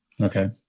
Okay